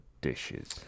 dishes